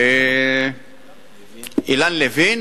אילן לוין